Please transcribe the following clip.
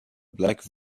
black